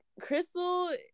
Crystal